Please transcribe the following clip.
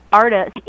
artist